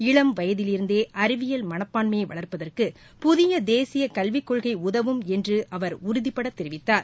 இளம் வயதிலிருந்தே அறிவியல் மனப்பான்மையை வள்ப்பதற்கு புதிய தேசிய கல்விக் கொள்கை உதவும் என்று அவர் உறுதிபட தெரிவித்தார்